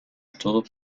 todo